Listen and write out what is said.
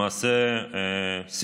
למעשה,